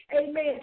Amen